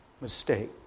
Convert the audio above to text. mistake